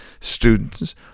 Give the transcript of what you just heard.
students